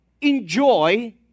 enjoy